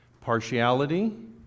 partiality